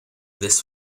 this